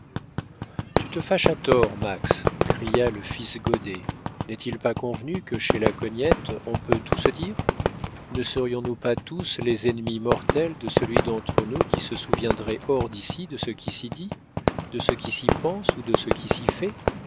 tu te fâches à tort max cria le fils goddet n'est-il pas convenu que chez la cognette on peut tout se dire ne serions-nous pas tous les ennemis mortels de celui d'entre nous qui se souviendrait hors d'ici de ce qui s'y dit de ce qui s'y pense ou de ce qui s'y fait